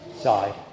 side